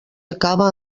acaba